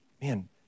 man